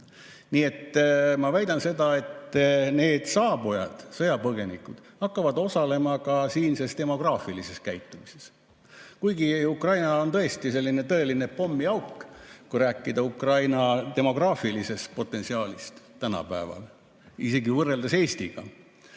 Nii et ma väidan, et need saabujad, sõjapõgenikud, hakkavad osalema ka siinses demograafilises käitumises. Kuigi Ukraina on tõesti tõeline pommiauk, kui rääkida tänapäeva Ukraina demograafilisest potentsiaalist, isegi võrreldes Eestiga.